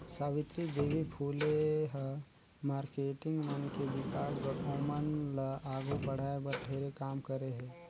सावित्री देवी फूले ह मारकेटिंग मन के विकास बर, ओमन ल आघू बढ़ाये बर ढेरे काम करे हे